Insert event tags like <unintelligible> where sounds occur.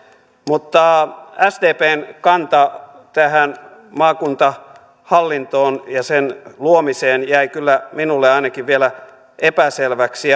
mutta sdpn kanta tähän maakuntahallintoon ja sen luomiseen jäi kyllä ainakin minulle vielä epäselväksi <unintelligible>